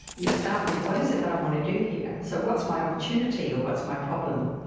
you start with what is it that i want to do here. so, what's my opportunity or what's my problem.